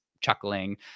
chuckling